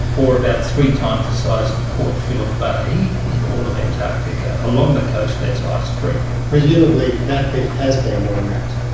or about three times the size of port phillip bay in all of antarctica along the coast that's ice-free. presumably that bit has been well mapped.